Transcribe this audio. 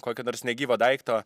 kokio nors negyvo daikto